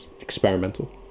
experimental